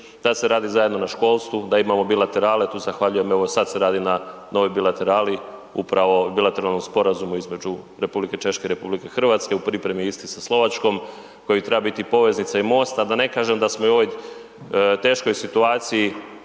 da se radi zajedno na školstvu, da imamo bilaterale, tu zahvaljujem evo, sad se radi na novoj bilaterali upravo, bilateralnom sporazumu između R. Češke i RH, u pripremi je isti sa Slovačkom koji treba biti poveznica i most, a da ne kažem da smo u ovoj teškoj situaciji